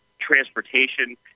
transportation